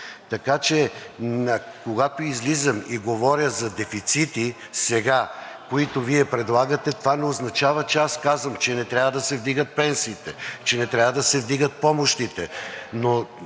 Така че, когато излизам и говоря за дефицити сега, които Вие предлагате, това не означава, че аз казвам, че не трябва да се вдигат пенсиите, че не трябва да се вдигат помощите,